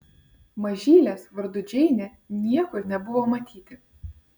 mažylės vardu džeinė niekur nebuvo matyti